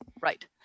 Right